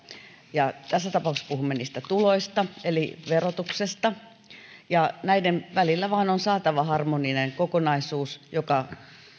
ja tässä tapauksessa puhumme niistä tuloista eli verotuksesta näiden välillä vain on saatava harmoninen kokonaisuus joka